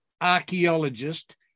archaeologist